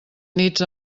nits